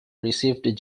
received